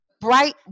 bright